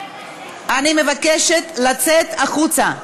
אני מבקשת לצאת החוצה.